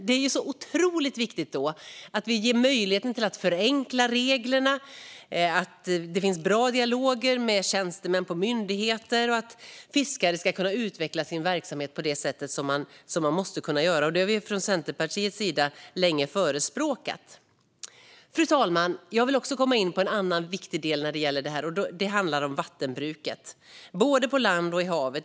Det är otroligt viktigt att vi då ger möjligheten att förenkla reglerna, att det finns bra dialoger med tjänstemän på myndigheter och att fiskare ska kunna utveckla sin verksamhet på det sätt som de måste kunna göra. Det har vi från Centerpartiets sida länge förespråkat. Fru talman! Jag vill komma in på en annan viktig del. Det handlar om vattenbruket både på land och på havet.